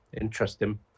interesting